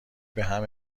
بهم